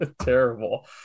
Terrible